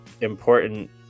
important